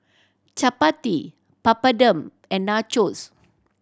Chapati Papadum and Nachos